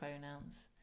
pronouns